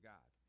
God